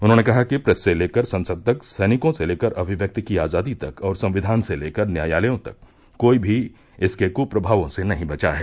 उन्होंने कहा कि प्रेस से लेकर संसद तक सैनिकों से लेकर अभिव्यक्ति की आजादी तक और संविधान से लेकर न्यायालयों तक कोई भी इसके कूप्रभावों से नहीं बचा है